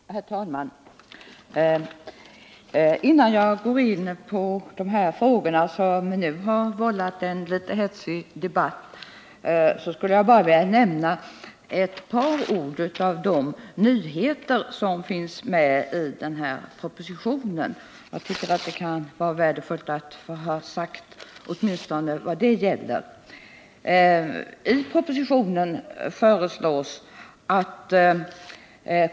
Herr talman! Innan jag går in på de frågor som nu har vållat en litet hetsig debatt skulle jag vilja säga ett par ord om de nyheter som finns med i denna proposition. Det kan vara värdefullt att erinra om dessa.